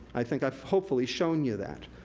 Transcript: i think i've, hopefully, shown you that.